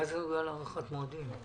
מה זה הארכת מועדים?